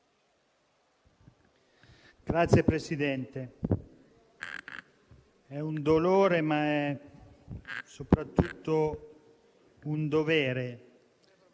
Signor Presidente, è un dolore, ma è soprattutto un dovere